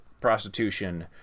prostitution